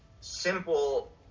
simple